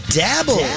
dabble